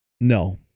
No